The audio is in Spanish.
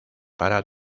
para